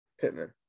Pittman